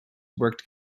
worked